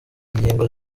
ingingo